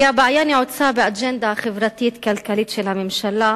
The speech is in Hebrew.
כי הבעיה נעוצה באג'נדה החברתית-כלכלית של הממשלה,